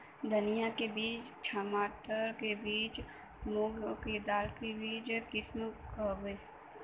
धनिया के बीज, छमाटर के बीज, मूंग क दाल ई बीज क किसिम हउवे